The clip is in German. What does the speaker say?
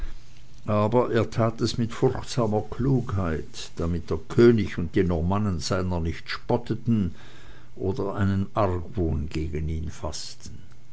aber er tat es mit furchtsamer klugheit damit der könig und die normannen seiner nicht spotteten oder einen argwohn gegen ihn faßten